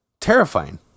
Terrifying